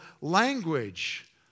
language